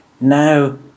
now